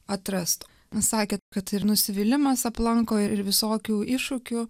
atrast sakėt kad ir nusivylimas aplanko ir visokių iššūkių